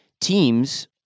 teams